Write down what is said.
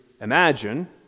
imagine